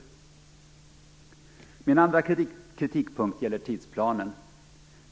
Min andra kritikpunkt gäller tidsplanen.